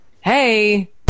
Hey